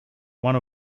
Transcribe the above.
one